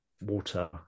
water